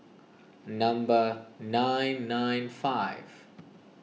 number nine nine five